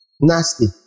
nasty